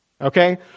okay